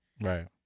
Right